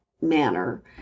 manner